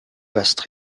vaste